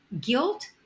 Guilt